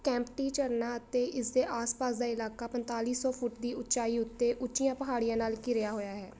ਕੈਂਪਟੀ ਝਰਨਾ ਅਤੇ ਇਸ ਦੇ ਆਸ ਪਾਸ ਦਾ ਇਲਾਕਾ ਪੰਤਾਲੀ ਸੌ ਫੁੱਟ ਦੀ ਉਚਾਈ ਉੱਤੇ ਉੱਚੀਆਂ ਪਹਾੜੀਆਂ ਨਾਲ ਘਿਰਿਆ ਹੋਇਆ ਹੈ